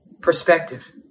Perspective